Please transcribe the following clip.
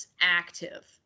active